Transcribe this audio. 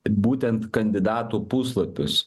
būtent kandidatų puslapius